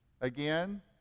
again